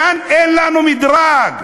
כאן אין לנו מדרג.